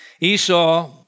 Esau